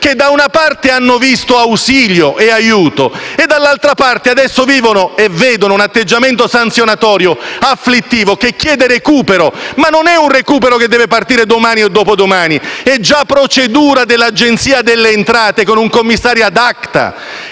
che, da una parte, hanno ricevuto ausilio e aiuto e che, dall'altra, adesso subiscono e vedono un atteggiamento sanzionatorio, afflittivo, che chiede un recupero e non si tratta di un recupero che deve partire domani o dopodomani, ma che è già procedura dell'Agenzia delle entrate con un commissario *ad acta*.